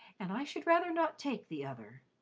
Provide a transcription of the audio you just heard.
and i should rather not take the other.